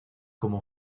como